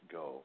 go